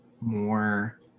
more